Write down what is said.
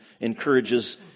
encourages